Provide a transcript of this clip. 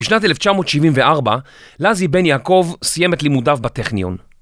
בשנת 1974, לזי בן יעקב סיים את לימודיו בטכניון.